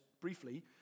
briefly